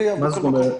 מה זאת אומרת?